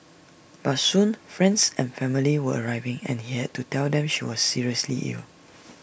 but soon friends and family were arriving and he had to tell them she was seriously ill